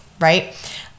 Right